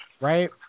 Right